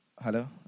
Hello